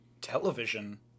television